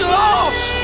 lost